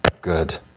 good